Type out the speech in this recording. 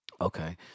Okay